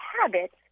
habits